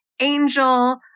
angel